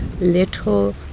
Little